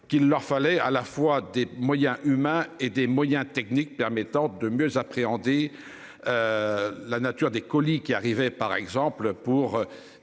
qu'il leur fallait à la fois des moyens humains et des moyens techniques permettant de mieux appréhender. La nature des colis qui arrivaient par exemple pour